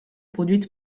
produite